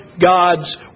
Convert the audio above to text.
God's